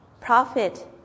profit